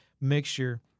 mixture